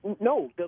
No